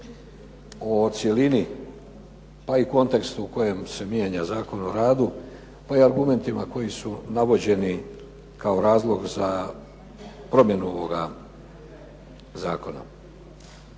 o cjelini pa i kontekstu kojim se mijenja Zakon o radu, pa i o argumentima koji su navođeni kao razlog za promjenu ovog zakona.